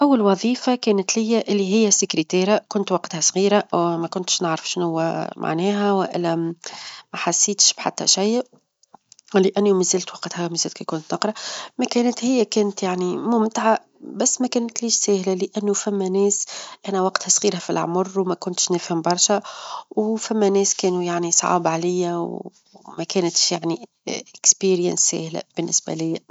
أول وظيفة كانت لي اللي هي سكرتيرة، كنت وقتها صغيرة أو ما كنتش نعرف شنوا معناها والا ما حسيتش بحتى شيء؛ ولأنه أني مازلت وقتها ما زلت -ك- كنت أقرأ، ما كانت هي كانت يعني ممتعة، بس ما كانت ليش سهلة لأنه فما ناس أنا وقتها صغيرة في العمر، وما كنتش نفهم برشا، وفما ناس كانو يعنى صعب عليا، وما كانت يعنى تجربة سهلة بالنسبة ليا.